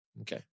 Okay